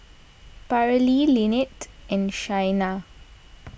Paralee Linette and Shayna